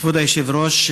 כבוד היושב-ראש,